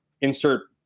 insert